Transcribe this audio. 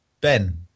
Ben